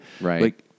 right